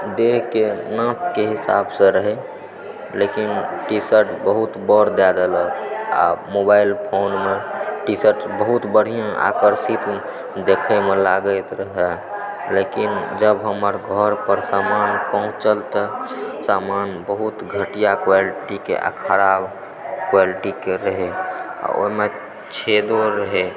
देहके नापके हिसाबसँ रहै लेकिन टीशर्ट बहुत बऽर भै गेलय आ मोबाइल फ़ोनमे टीशर्ट बहुत बढ़िआँ आकर्षित देखयमे लागति रहै लेकिन जब हमर घर पर सामान पहुँचल तऽ सामान बहुत घटिआ क्वालिटीके आओर खराब क्वालिटीके रहै आ ओहिमे छेदो रहै